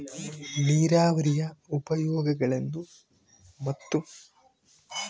ನೇರಾವರಿಯ ಉಪಯೋಗಗಳನ್ನು ಮತ್ತು?